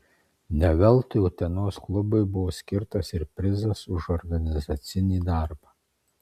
ne veltui utenos klubui buvo skirtas ir prizas už organizacinį darbą